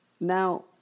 Now